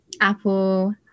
Apple